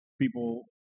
people